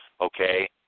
okay